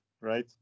right